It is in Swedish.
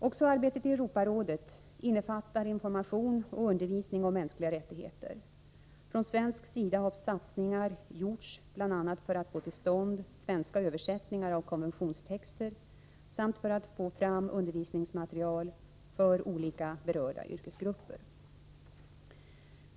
Också arbetet i Europarådet innefattar information och undervisning om mänskliga rättigheter. Från svensk sida har satsningar gjorts bl.a. för att få till stånd svenska översättningar av konventionstexter samt för att få fram undervisningsmaterial för olika berörda yrkesgrupper.